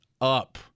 up